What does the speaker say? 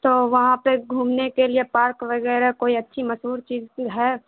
تو وہاں پہ گھومنے کے لیے پارک وگیرہ کوئی اچھی مسہور چیج ہے